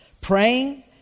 praying